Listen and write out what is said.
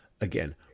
again